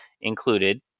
included